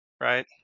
right